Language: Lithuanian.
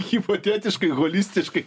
hipotetiškai holistiškai